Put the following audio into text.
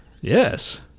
Yes